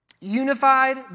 Unified